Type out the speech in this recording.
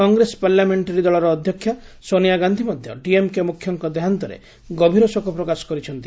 Congress parliamentary ଦଳର ଅଧ୍ୟକ୍ଷା ସୋନିଆ ଗାନ୍ଧି ମଧ୍ୟ ଡିଏମ୍କେ ମୁଖ୍ୟଙ୍କ ଦେହାନ୍ତରେ ଗଭୀର ଶୋକ ପ୍ରକାଶ କରିଛନ୍ତି